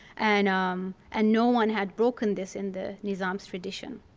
and um and no one had broken this in the nizam's tradition.